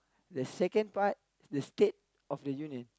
the second part the state of the union